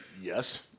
Yes